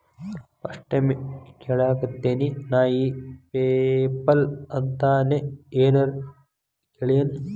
First time ಕೇಳಾಕತೇನಿ ನಾ ಇ ಪೆಪಲ್ ಅಂತ ನೇ ಏನರ ಕೇಳಿಯೇನ್?